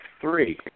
three